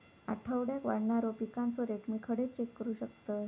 आठवड्याक वाढणारो पिकांचो रेट मी खडे चेक करू शकतय?